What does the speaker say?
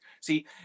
see